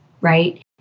right